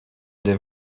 den